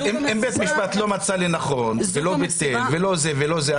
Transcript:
אם בית משפט לא מצא לנכון ולא ביטל ולא זה ולא זה,